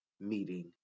meeting